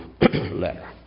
letter